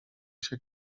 się